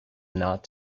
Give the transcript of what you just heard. not